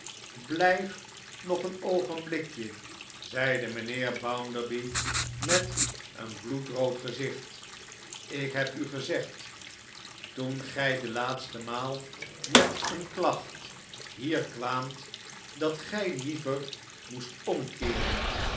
blijf nog een oogenblikje zeide mijnheer bounderby met een bloedrood gezicht ik heb u gezegd toen gij de laatste maal met eene klacht hier kwaamt dat gij liever moest omkeeren